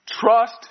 trust